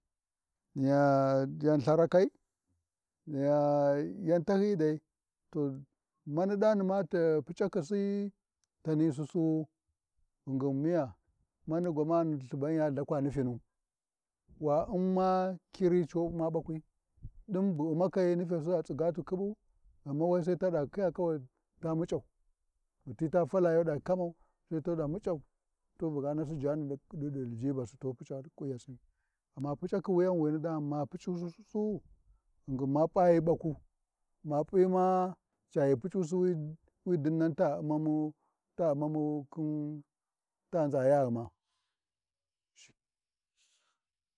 Niya yau Lharakai, niya yan tahyiyi dai to mani ɗani dai to puc’akasi tani susuwu ghigin miya, mani gwamani suban ya Lthakwa nufinu, wa U’mm ma kiri C’u umma ɓakwi, ɗin bu U’mmakai nufesi a tsigatu ƙhiɓu, ghama we sai tada kira ta muc’au, ghititu fala yiɗa kaman sai taɗa muc’au tu buga nasi jani ɗi aljibasi tu puc’a ƙwinyasi, amma puc’akho wuyan wini ɗani, ma puc’usi sussuwu, ghingin ma p’ayu ɓaku, ma p’i ma cayi puc’usi wi dinnan ta U’mmamu, ta U’mmamu khin, ta nzaya ghima.